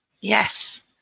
Yes